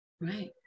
right